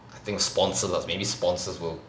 I think sponsor lah maybe sponsors will